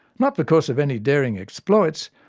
not because of any daring exploits,